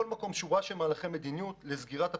יש שורה של מהלכי מדיניות לסגירת הפחם,